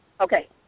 Okay